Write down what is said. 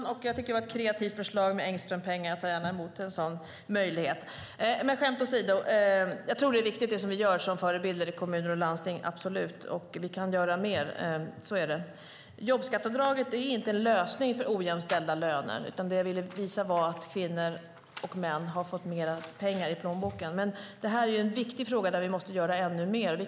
Herr talman! Det var ett kreativt förslag med Engströmpengar! Jag tar gärna emot en sådan möjlighet. Skämt åsido - jag tror absolut att det som vi gör som förebilder i kommuner och landsting är viktigt, och vi kan göra mer. Jobbskatteavdraget är inte en lösning på problemet med ojämställda löner; det jag ville visa var att kvinnor och män har fått mer pengar i plånboken. Men det här är en fråga där vi måste göra ännu mer.